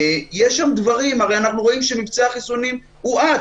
הרי אנחנו רואים שמבצע החיסונים הואץ.